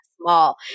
small